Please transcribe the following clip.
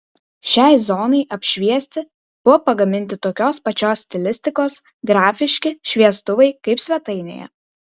šiai zonai apšviesti buvo pagaminti tokios pačios stilistikos grafiški šviestuvai kaip svetainėje